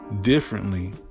differently